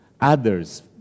others